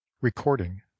Recording